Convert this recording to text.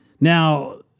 Now